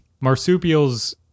marsupials